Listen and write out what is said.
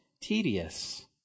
tedious